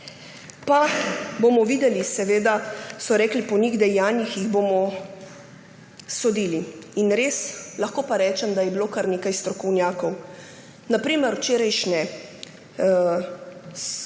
Pa bomo videli. Seveda so rekli, po njih dejanjih jih bomo sodili. Lahko pa rečem, da je bilo kar nekaj strokovnjakov. Na primer včerajšnje